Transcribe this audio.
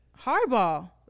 Hardball